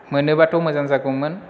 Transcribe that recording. मोनोबाथ' मोजां जागौमोन